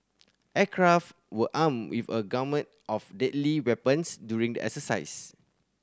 aircraft were armed with a gamut of deadly weapons during the exercise